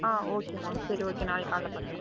ஆ ஓகேம்மா சரி ஓகே நாளைக்கு காலைல பார்க்கலாம்